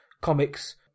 comics